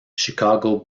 chicago